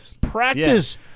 practice